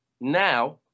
Now